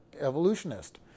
evolutionist